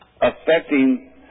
affecting